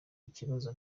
ikibazo